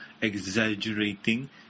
exaggerating